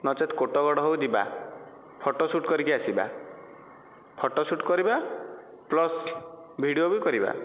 ନଚେତ କୋଟଗଡ଼ ହେଉ ଯିବା ଫଟୋ ସୁଟ୍ କରିକି ଆସିବା ଫଟୋ ସୁଟ୍ କରିବା ପ୍ଲସ୍ ଭିଡ଼ିଓ ବି କରିବା